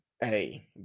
Hey